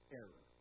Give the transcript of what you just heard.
error